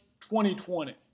2020